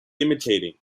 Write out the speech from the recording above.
imitating